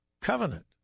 covenant